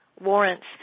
warrants